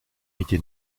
été